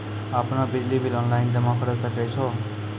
आपनौ बिजली bill online जमा करै सकै छौ?